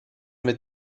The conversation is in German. mit